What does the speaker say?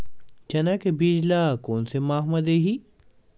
चना के बीज ल कोन से माह म दीही?